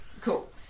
cool